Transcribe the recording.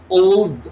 old